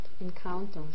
encounters